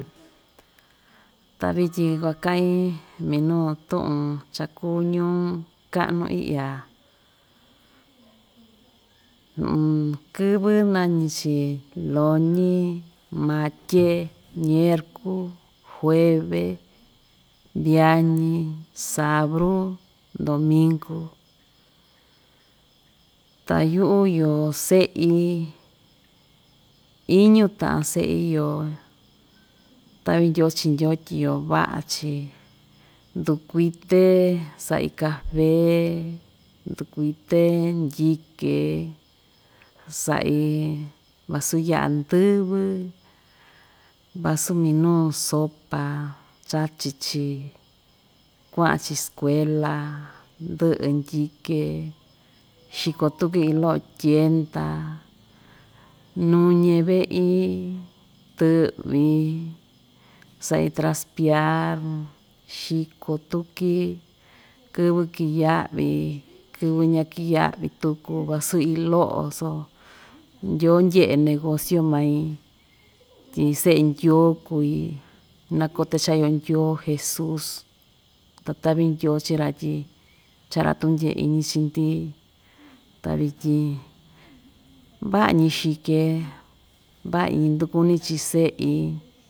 Ta vityin kuakaꞌin minuu tuꞌun cha‑kuu ñuu kaꞌa‑nu iꞌya kɨvɨ nañi‑chi loñi, matye ñerku, jueve, viañi, sabru, domingu, ta yuꞌu iyo seꞌi iñu taꞌan seꞌi iyo taꞌvi ndyoo chii ndyoo tyi iyo vaꞌa‑chi, ndukuite saꞌi kafé ndukuite ndyike saꞌi vasu yaꞌa ndɨvɨ, vasu minuu sopa chachi‑chi kuaꞌan‑chi skuela ndyɨꞌɨ ndyike xiko tuki inn- loꞌo tyenda, nuñe veꞌi tɨꞌvɨ saꞌi traspear xiko tuki, kɨvɨ kiyaꞌavi, kɨvɨ ña‑kiyaꞌavi tuku vasu iin loꞌo so ndyoo ndyeꞌe negocio main tyi seꞌe ndyoo kui nakote cha iyo ndyoo jesus ta taꞌvi ndyoo chii‑ra tyi chaꞌa‑ra tuꞌun ndyee iñi chii‑ndi ta vityin vaꞌa‑ñi xike vaꞌa‑ñi ndukuni chii seꞌi.